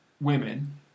women